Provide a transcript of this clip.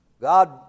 God